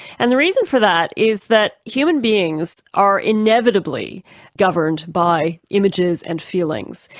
and the reason for that is that human beings are inevitably governed by images and feelings.